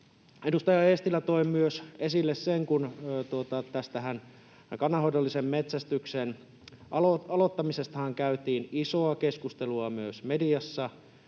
Edustaja Eestilä toi esille myös sen, kun tästä kannanhoidollisen metsästyksen aloittamisestahan käytiin isoa keskustelua myös mediassa.